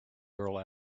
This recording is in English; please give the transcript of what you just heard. girl